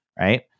right